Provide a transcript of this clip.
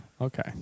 okay